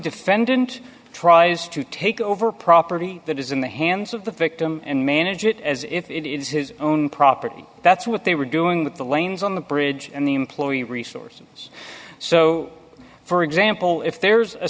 defendant tries to take over property that is in the hands of the victim and manage it as if it is his own property that's what they were doing with the lanes on the bridge and the employee resources so for example if there's a